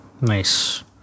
nice